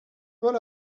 paul